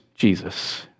Jesus